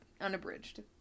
unabridged